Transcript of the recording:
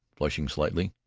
flushing slightly.